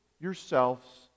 yourselves